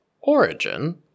origin